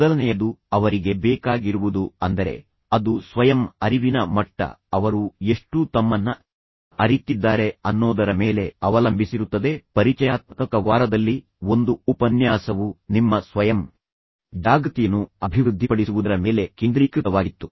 ಮೊದಲನೆಯದು ಅವರಿಗೆ ಬೇಕಾಗಿರುವುದು ಅಂದರೆ ಅದು ಸ್ವಯಂ ಅರಿವಿನ ಮಟ್ಟ ಅವರು ಎಷ್ಟು ತಮ್ಮನ್ನ ಅರಿತ್ತಿದ್ದಾರೆ ಅನ್ನೋದರ ಮೇಲೆ ಅವಲಂಬಿಸಿರುತ್ತದೆ ಪರಿಚಯಾತ್ಮಕ ವಾರದಲ್ಲಿ ಒಂದು ಉಪನ್ಯಾಸವು ನಿಮ್ಮ ಸ್ವಯಂ ಜಾಗೃತಿಯನ್ನು ಅಭಿವೃದ್ಧಿಪಡಿಸುವುದರ ಮೇಲೆ ಕೇಂದ್ರೀಕೃತವಾಗಿತ್ತು